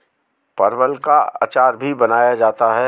परवल का अचार भी बनाया जाता है